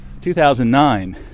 2009